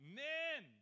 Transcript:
men